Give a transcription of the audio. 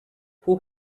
who